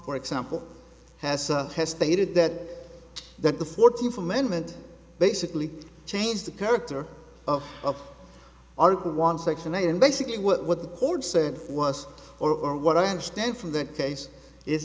for example has or has stated that that the fourteenth amendment basically changed the character of article one section eight and basically what the court said was or what i understand from that case is